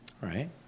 right